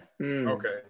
Okay